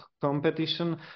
competition